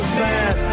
bad